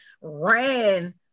ran